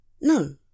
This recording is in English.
No